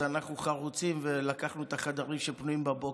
אז אנחנו חרוצים ולקחנו את החדרים שפנויים בבוקר.